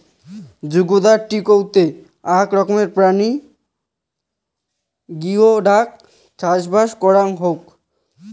জুগদার টিকৌতে আক রকমের প্রাণী গিওডক চাষবাস করাং হউক